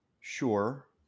Sure